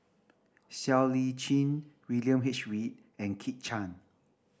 Siow Lee Chin William H Read and Kit Chan